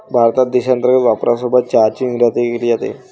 भारतात देशांतर्गत वापरासोबत चहाची निर्यातही केली जाते